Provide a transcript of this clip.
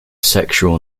sexual